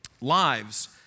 lives